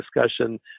discussion